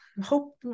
hope